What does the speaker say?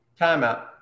timeout